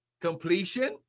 Completion